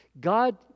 God